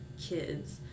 Kids